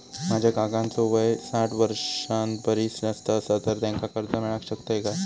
माझ्या काकांचो वय साठ वर्षां परिस जास्त आसा तर त्यांका कर्जा मेळाक शकतय काय?